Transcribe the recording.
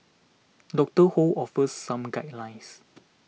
Doctor Ho offers some guidelines